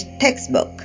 textbook